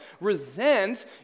resent